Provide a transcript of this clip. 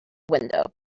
window